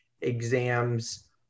exams